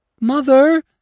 Mother